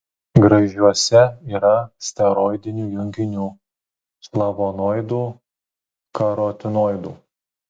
graižuose yra steroidinių junginių flavonoidų karotinoidų